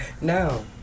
No